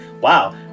wow